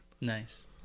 Nice